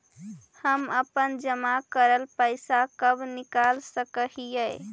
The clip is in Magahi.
हम अपन जमा करल पैसा कब निकाल सक हिय?